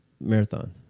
marathon